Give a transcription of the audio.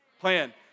plan